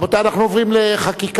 רבותי, אנחנו עוברים לחקיקה.